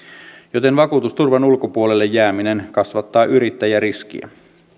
joten vakuutusturvan ulkopuolelle jääminen kasvattaa yrittäjäriskiä